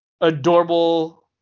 adorable